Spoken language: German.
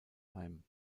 heim